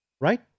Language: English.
right